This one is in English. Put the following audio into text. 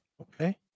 Okay